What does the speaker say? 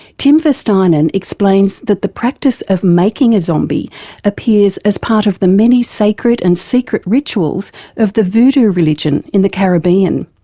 tim verstynen explains that the practise of making a zombie appears as part of the many sacred and secret rituals of the voodoo religion in the caribbean.